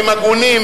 הם הגונים,